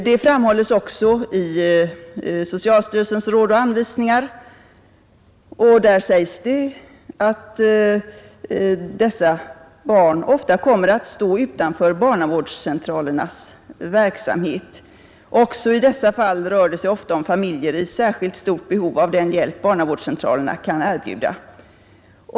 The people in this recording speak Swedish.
Det framhålles 53 också i socialstyrelsens Råd och anvisningar att dessa barn ofta kommer att ”stå utanför barnavårdscentralernas verksamhet. Också i dessa fall rör det sig ofta om familjer i särskilt stort behov av den hjälp barnavårdscentralerna kan erbjuda.